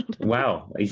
Wow